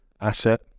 asset